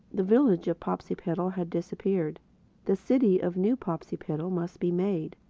the village of popsipetel had disappeared the city of new popsipetel must be made.